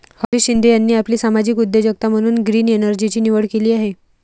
हरीश शिंदे यांनी आपली सामाजिक उद्योजकता म्हणून ग्रीन एनर्जीची निवड केली आहे